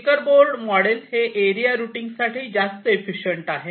checker board model हे area routing साठी जास्त इफिशियंट आहे